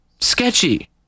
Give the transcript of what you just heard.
sketchy